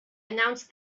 announced